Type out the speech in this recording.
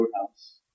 Roadhouse